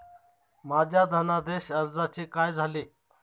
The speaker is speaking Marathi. माझ्या धनादेश अर्जाचे काय झाले?